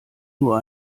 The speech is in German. nur